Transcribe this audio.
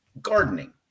gardening